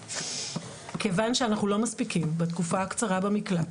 כיוון שאנחנו לא מספיקים בתקופה הקצרה במקלט,